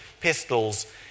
pistols